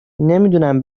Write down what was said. نمیدونم